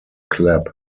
clap